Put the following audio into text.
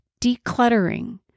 decluttering